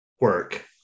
work